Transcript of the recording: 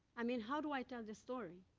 i mean, how do i tell this story?